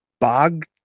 bog